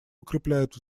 укрепляют